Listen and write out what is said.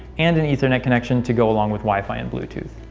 and an ethernet connection to go along with wi-fi and bluetooth.